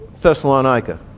Thessalonica